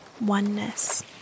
oneness